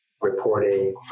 Reporting